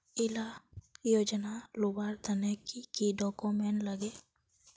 इला योजनार लुबार तने की की डॉक्यूमेंट लगे?